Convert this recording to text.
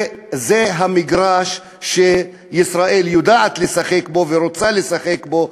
וזה המגרש שישראל יודעת לשחק בו ורוצה לשחק בו,